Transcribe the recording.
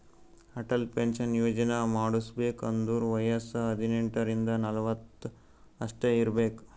Atal pension ಯೋಜನಾ ಮಾಡುಸ್ಬೇಕ್ ಅಂದುರ್ ವಯಸ್ಸ ಹದಿನೆಂಟ ರಿಂದ ನಲ್ವತ್ ಅಷ್ಟೇ ಇರ್ಬೇಕ್